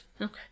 Okay